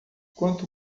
quanto